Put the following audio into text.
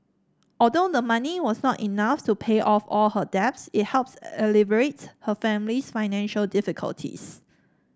although the money was not enough to pay off all her debts it helped alleviate her family's financial difficulties